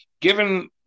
given